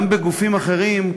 גם בגופים אחרים,